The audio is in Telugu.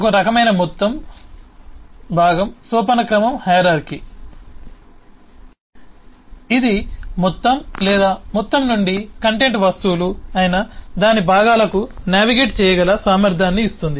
ఒక రకమైన మొత్తం భాగం సోపానక్రమం ఇది మొత్తం లేదా మొత్తం నుండి కంటెంట్ వస్తువులు అయిన దాని భాగాలకు నావిగేట్ చేయగల సామర్థ్యాన్ని ఇస్తుంది